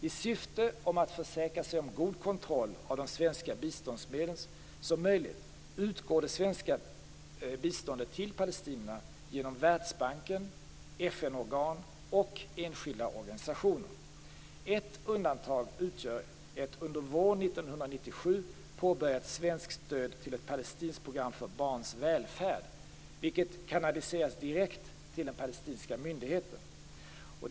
I syfte att försäkra sig om så god kontroll som möjligt av de svenska biståndsmedlen utgår det svenska biståndet till palestinierna genom Världsbanken, FN-organ och enskilda organisationer. Ett undantag utgör ett under våren 1997 påbörjat svenskt stöd till ett palestinskt program för barns välfärd, vilket kanaliseras direkt till den palestinska myndigheten.